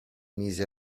mise